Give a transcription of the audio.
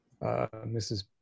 Mrs